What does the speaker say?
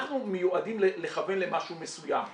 אנחנו מיועדים לכוון למשהו מסוים.